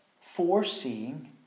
foreseeing